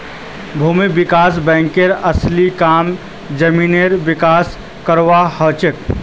भूमि विकास बैंकेर असली काम जमीनेर विकास करवार हछेक